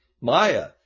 Maya